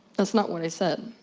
that's not what i said.